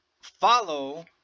follow